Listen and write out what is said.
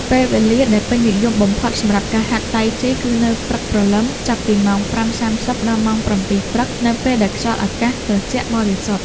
ពេលវេលាដែលពេញនិយមបំផុតសម្រាប់ការហាត់តៃជីគឺនៅព្រឹកព្រលឹម ចាប់ពីម៉ោង ៥:៣០ ដល់ម៉ោង ៧:០០ ព្រឹក នៅពេលដែលខ្យល់អាកាសត្រជាក់បរិសុទ្ធ។